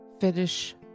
finish